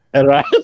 Right